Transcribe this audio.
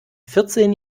vierzehn